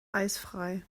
eisfrei